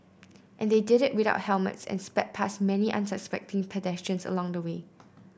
and they did it without helmets and sped past many unsuspecting pedestrians along the way